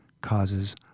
causes